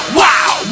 wow